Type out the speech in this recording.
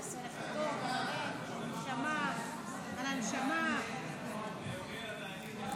סעיף 5, כנוסח הוועדה, נתקבל.